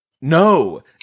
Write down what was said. No